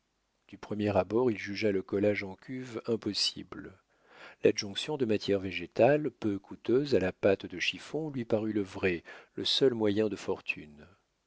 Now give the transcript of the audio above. du premier abord il jugea le collage en cuve impossible l'adjonction de matières végétales peu coûteuses à la pâte de chiffon lui parut le vrai le seul moyen de fortune